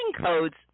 codes